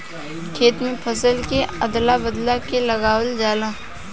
खेत में फसल के अदल बदल के लगावल जाला